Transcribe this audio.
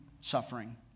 suffering